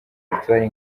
victoire